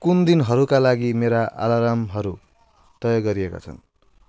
कुन दिनहरूका लागि मेरा अलार्महरू तय गरिएका छन्